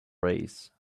race